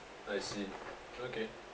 I see okay